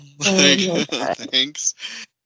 thanks